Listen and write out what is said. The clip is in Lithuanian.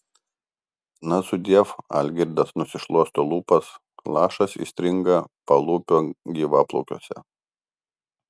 na sudiev algirdas nusišluosto lūpas lašas įstringa palūpio gyvaplaukiuose